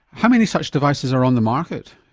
how many such devices are on the market